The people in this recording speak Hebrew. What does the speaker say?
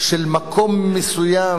של מקום מסוים,